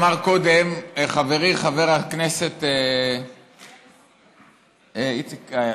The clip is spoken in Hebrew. אמר קודם חברי חבר הכנסת איציק וקנין,